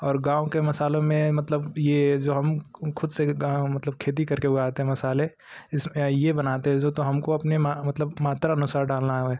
और गाँव के मसालों में मतलब ये जो हम ख़ुद से मतलब खेती करके उगाते हैं मसाले इस ये बनाते जो तो हमको अपने मतलब मात्रा अनुसार डालना है